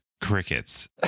crickets